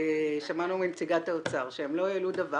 שמענו מנציגת האוצר שהם לא העלו דבר